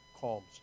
calms